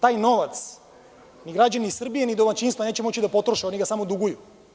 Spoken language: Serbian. Taj novac ni građani Srbije ni domaćinstva neće moći da potroše, oni ga samo duguju.